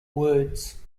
words